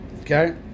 Okay